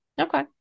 okay